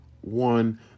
one